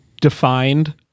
defined